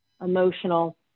emotional